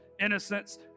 innocence